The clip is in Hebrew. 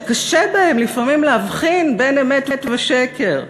שקשה בהם לפעמים להבחין בין אמת ושקר,